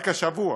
רק השבוע